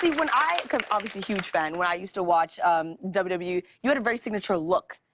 when i cause obviously huge fan. when i used to watch um wwe, you had a very signature look.